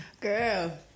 Girl